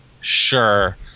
Sure